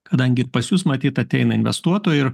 kadangi ir pas jus matyt ateina investuotojai ir